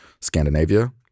Scandinavia